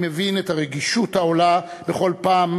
אני מבין את הרגישות העולה בכל פעם